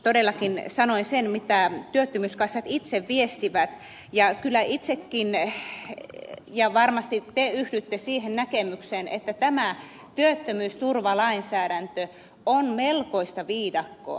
todellakin sanoin sen mitä työttömyyskassat itse viestivät ja kyllä itsekin yhdyn ja varmasti te yhdytte siihen näkemykseen että tämä työttömyysturvalainsäädäntö on melkoista viidakkoa